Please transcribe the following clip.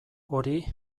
hori